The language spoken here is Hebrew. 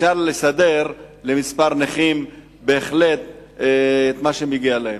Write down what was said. אפשר לסדר בהחלט למספר נכים את מה שמגיע להם.